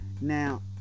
Now